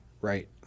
Right